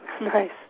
Nice